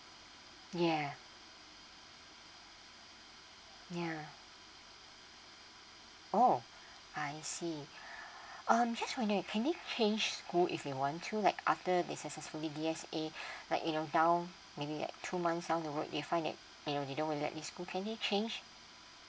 yeah ya oh I see um just wonder can they change school if they want to like after they successfully D_S_A like you know down maybe like two months down the road they find that you know they don't really like this school can they change